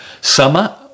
summer